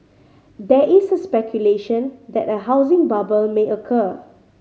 there is speculation that a housing bubble may occur